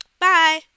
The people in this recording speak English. bye